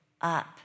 up